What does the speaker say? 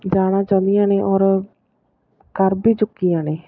ਜਾਣਾ ਚਾਹੁੰਦੀਆਂ ਨੇ ਔਰ ਕਰ ਵੀ ਚੁੱਕੀਆਂ ਨੇ